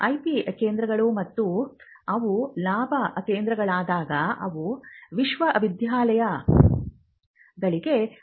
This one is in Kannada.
ಐಪಿ ಕೇಂದ್ರಗಳು ಮತ್ತು ಅವು ಲಾಭ ಕೇಂದ್ರಗಳಾದಾಗ ಅವು ವಿಶ್ವವಿದ್ಯಾಲಯಕ್ಕೆ ಆದಾಯವನ್ನು ತರುತ್ತವೆ